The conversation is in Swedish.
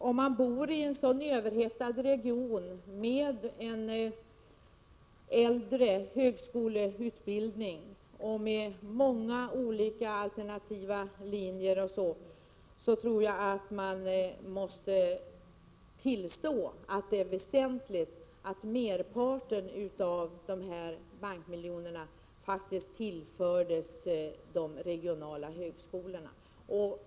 Om man bor i en överhettad region med äldre högskoleutbildning och med många olika alternativa linjer, tror jag att man måste tillstå att det är väsentligt att merparten av dessa bankmiljoner tillförts de regionala högskolorna.